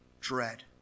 dread